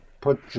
put